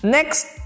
Next